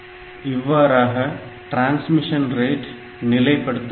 இவ்வாறாக transmission rate நிலைப்படுத்தப்பட்டது